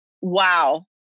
wow